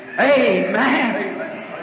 Amen